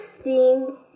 sing